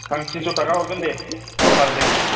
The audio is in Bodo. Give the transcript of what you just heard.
आं थिनस'थाखा हरगोन दे फार दे